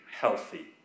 healthy